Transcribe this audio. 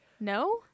No